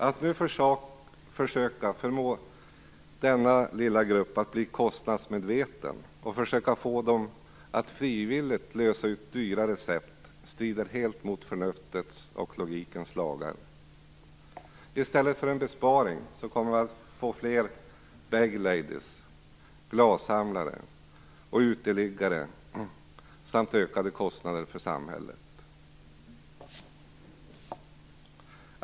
Att nu försöka förmå denna lilla grupp att bli kostnadsmedveten och att försöka få gruppen att frivilligt lösa ut dyra recept strider helt mot förnuftets och logikens lagar. I stället för att vi får en besparing kommer vi att få fler bag laides, glassamlare och uteliggare. Dessutom blir det ökade kostnader för samhället.